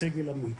סגל עמית.